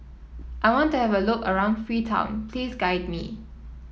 I want to have a look around Freetown please guide me